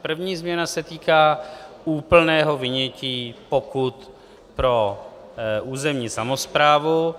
První změna se týká úplného vynětí pokut pro územní samosprávu.